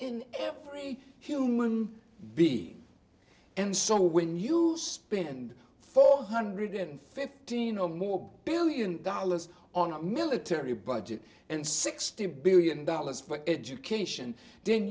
in every human being and so when you spend four hundred fifteen or more billion dollars on a military budget and sixty billion dollars for education then